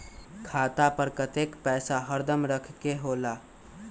खाता पर कतेक पैसा हरदम रखखे के होला?